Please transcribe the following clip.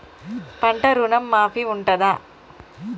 పంట ఋణం మాఫీ ఉంటదా?